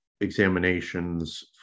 examinations